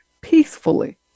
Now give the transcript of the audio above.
peacefully